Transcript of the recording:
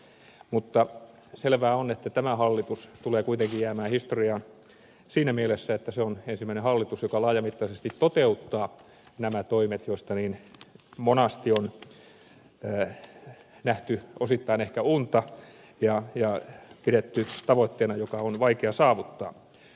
mutta selvää on että tämä hallitus tulee kuitenkin jäämään historiaan siinä mielessä että se on ensimmäinen hallitus joka laajamittaisesti toteuttaa nämä toimet joista niin monesti on nähty osittain ehkä unta ja joita on pidetty tavoitteena jota on vaikea saavuttaa